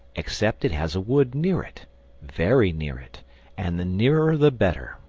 except it has a wood near it very near it and the nearer the better.